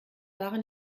waren